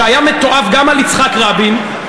שהיה מתועב גם על יצחק רבין,